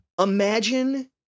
Imagine